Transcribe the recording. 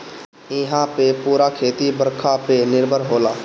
इहां पअ पूरा खेती बरखा पे निर्भर होला